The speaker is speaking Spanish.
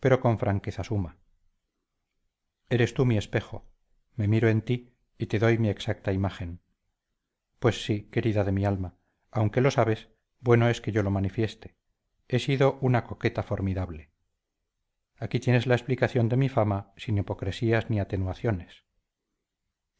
con franqueza suma eres tú mi espejo me miro en ti y te doy mi exacta imagen pues sí querida de mi alma aunque lo sabes bueno es que yo lo manifieste he sido una coqueta formidable aquí tienes la explicación de mi fama sin hipocresías ni atenuaciones